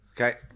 Okay